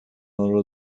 آنرا